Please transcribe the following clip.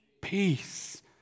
peace